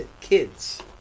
kids